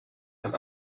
von